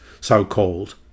so-called